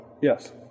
Yes